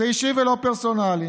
זה אישי לא פרסונלי.